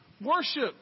worship